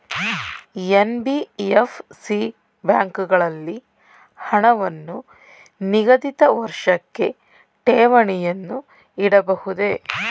NBFC ಬ್ಯಾಂಕುಗಳಲ್ಲಿ ಹಣವನ್ನು ನಿಗದಿತ ವರ್ಷಕ್ಕೆ ಠೇವಣಿಯನ್ನು ಇಡಬಹುದೇ?